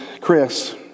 Chris